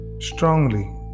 strongly